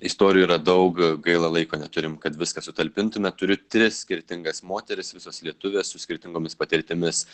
istorijų yra daug gaila laiko neturim kad viską sutalpintume turiu tris skirtingas moteris visos lietuvės su skirtingomis patirtimis